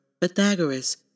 Pythagoras